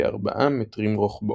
כ-4 מטרים רוחבו.